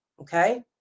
okay